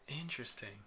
Interesting